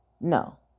No